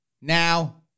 Now